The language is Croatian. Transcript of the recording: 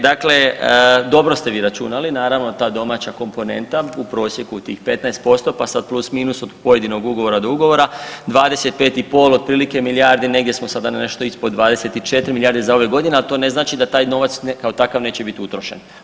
Dakle, dobro ste vi računali naravno ta domaća komponenta u prosjeku tih 15% pa sad plus, minus od pojedinog ugovora do ugovora, 25,5 otprilike milijardi negdje smo sada na nešto ispod 24 milijarde za ove godine, ali to ne znači da taj novac kao takav neće biti utrošen.